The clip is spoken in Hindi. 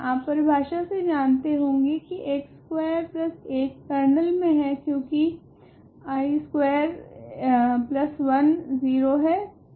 आप परिभाषा से जानते होगे की I x स्कवेर 1 कर्नल मे है क्योकि I स्कवेर 1 0 है